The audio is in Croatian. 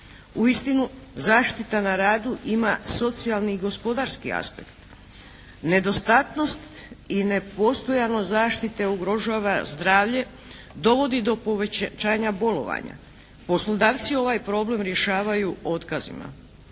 Uistinu, zaštita na radu ima socijalni i gospodarski aspekt. Nedostatnost i nepostojanost zaštite ugrožava zdravlje, dovodi do povećanja bolovanja. Poslodavci ovaj problem rješavaju otkazima.